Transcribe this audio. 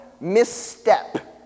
misstep